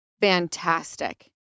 Fantastic